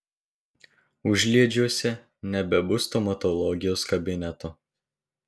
užliedžiuose nebebus stomatologijos kabineto